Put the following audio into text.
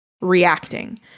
reacting